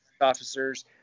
officers